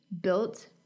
built